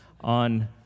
on